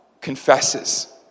confesses